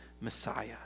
Messiah